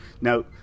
Now